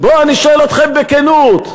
אני שואל אתכם בכנות,